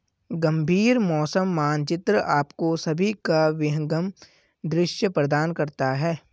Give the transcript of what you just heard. गंभीर मौसम मानचित्र आपको सभी का विहंगम दृश्य प्रदान करता है